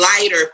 lighter